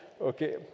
okay